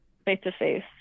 face-to-face